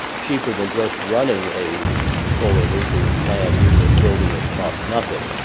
cheaper than just running a coal or nuclear plant even if building it costs nothing,